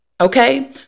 okay